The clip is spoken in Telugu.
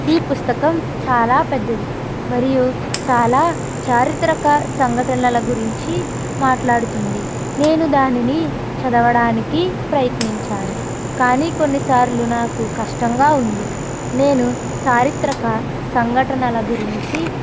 ఈ పుస్తకం చాలా పెద్దది మరియు చాలా చారిత్రక సంఘటనల గురించి మాట్లాడుతుంది నేను దానిని చదవడానికి ప్రయత్నించాను కానీ కొన్నిసార్లు నాకు కష్టంగా ఉంది నేను చారిత్రక సంఘటనల గురించి